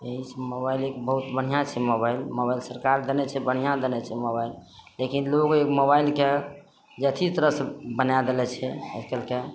एक मोबाइल एक बहुत बढ़िआँ छै मोबाइल मोबाइल सरकार देने छै बढ़िआँ देने छै मोबाइल लेकिन लोग एहि मोबाइल कऽ जे अथी तरहसँ बनाए देले छै आइकाल्हिके